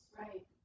Right